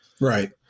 Right